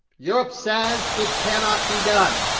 europe says it cannot be done.